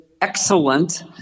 excellent